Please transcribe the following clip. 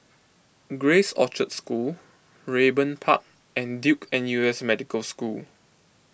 Grace Orchard School Raeburn Park and Duke N U S Medical School